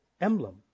emblem